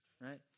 right